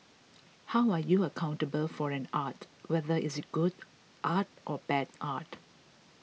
how are you accountable for an art whether is it good art or bad art